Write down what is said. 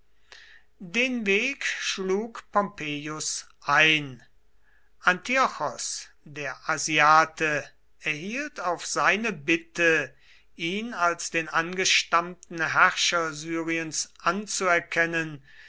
den weg schlug pompeius ein antiochos der asiate erhielt auf seine bitte ihn als den angestammten herrscher syriens anzuerkennen